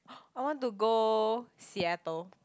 I want to go Seattle